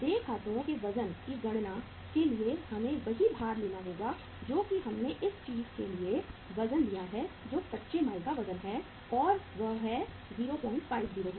देय खातों के वजन की गणना के लिए हमें वही भार लेना होगा जो कि हमने इस चीज के लिए वजन लिया है जो कच्चे माल का वजन है और यह 050 है